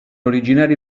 originari